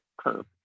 curve